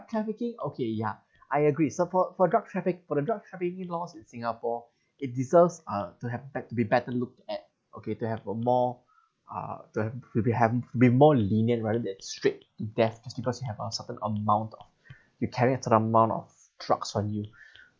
trafficking okay yeah I agree suppo~ for drug traffic~ for the drug trafficking laws in singapore it deserves uh to have bet~ to be better looked at okay to have a more uh then maybe haven't be more lenient rather than strict to death because you have a certain amount of you carried to the amount of drugs on you